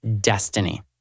destiny